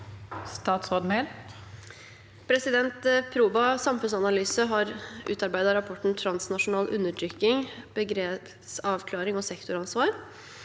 Statsråd Emilie Mehl Proba sam- funnsanalyse har utarbeidet rapporten «Transnasjonal undertrykking – begrepsavklaring og sektoransvar».